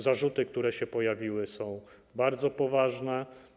Zarzuty, które się pojawiły, są bardzo poważne.